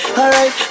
alright